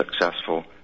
successful